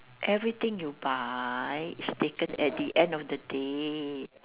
everything you buy is taken at the end of the day